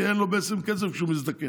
כי אין לו בעצם כסף כשהוא מזדקן,